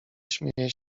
śmieje